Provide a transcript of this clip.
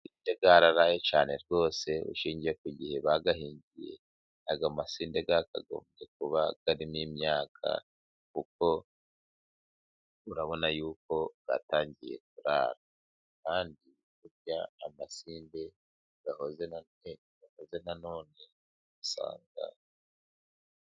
Amasinde yararaye cyane rwose， ushingiye ku gihe bayahingiye，aya masinde yakagombye kuba ario n'imyaka， kuko urabona y'uko yatangiye kurara， kandi burya amasinde ahoze maze na none usanga..